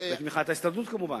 בתמיכת ההסתדרות כמובן.